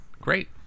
Great